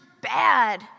bad